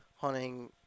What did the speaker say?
Hunting